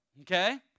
Okay